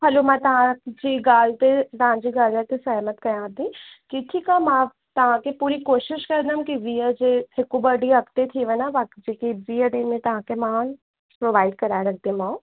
हलो मां तव्हांजी गाल्हि तव्हांजी गाल्हि ते सहिमतु कयां थी की ठीकु आहे मां तव्हांखे पूरी कोशिश कंदमि की वीह जे हिकु ब ॾींहं अॻिते थी वञा बाक़ी जेकी जीअं ॾींहं में तव्हांखे मां प्रोवाइड कराए रखिदीमाव